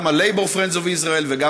גם ה-Labour Friends of Israel וגם